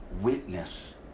witness